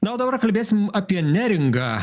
na o dabar kalbėsim apie neringą